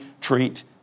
treat